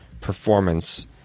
performance